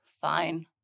fine